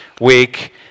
week